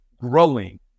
growing